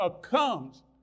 comes